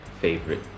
favorite